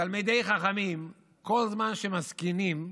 תלמידי חכמים, כל הזמן שמזקינים,